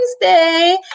Wednesday